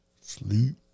sleep